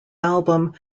album